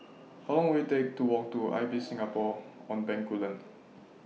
How Long Will IT Take to Walk to Ibis Singapore on Bencoolen